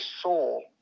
soul